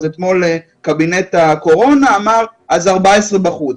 אתמול קבינט הקורונה אמר: "אז 14 בחוץ".